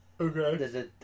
Okay